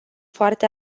foarte